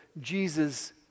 Jesus